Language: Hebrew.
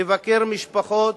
לבקר משפחות,